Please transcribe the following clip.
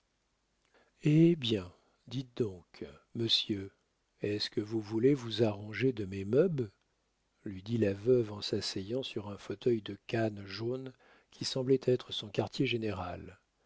eh bien dites donc monsieur est-ce que vous voulez vous arranger de mes meubes lui dit la veuve en s'asseyant sur un fauteuil de canne jaune qui semblait être son quartier-général